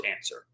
answer